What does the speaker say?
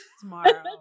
tomorrow